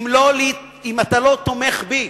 אם אתה לא תומך בי,